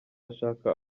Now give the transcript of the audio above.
ashaka